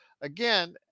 again